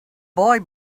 boy